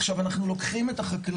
עכשיו, אנחנו לוקחים את החקלאי,